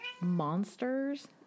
monsters